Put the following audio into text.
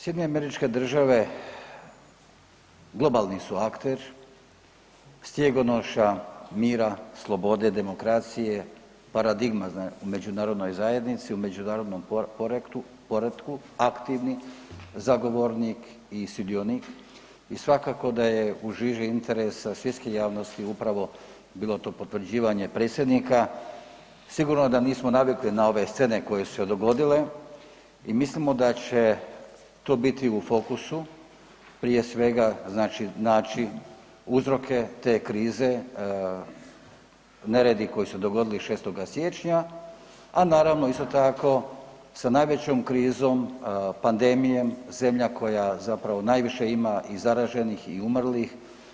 SAD globalni su akter, stjegonoša mira, slobode, demokracije, paradigma u međunarodnoj zajednici, u međunarodnom poretku, aktivni zagovornik i sudionik i svakako da je u žiži interesa svjetske javnosti upravo bilo to potvrđivanje predsjednika, sigurno da nismo navikli na ove scene koje su se dogodile i mislimo da će to biti u fokusu prije svega znači naći uzroke te krize, neredi koji su se dogodili 6. siječnja, a naravno isto tako sa najvećom krizom pandemijom zemlja koja zapravo najviše ima i zaraženih i umrlih.